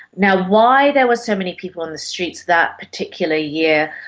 now, why there were so many people in the streets that particular year,